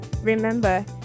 Remember